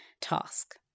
task